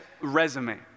resume